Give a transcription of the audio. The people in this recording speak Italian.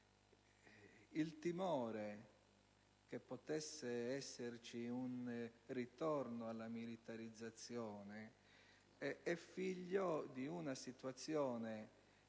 il timore che potesse esserci un ritorno alla militarizzazione è figlio di una situazione